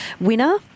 winner